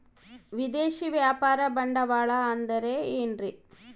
ವಿದೇಶಿಯ ವ್ಯಾಪಾರ ಬಂಡವಾಳ ಅಂದರೆ ಏನ್ರಿ?